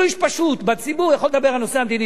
איש פשוט בציבור יכול לדבר על הנושא המדיני,